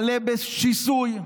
מלא בשיסוי.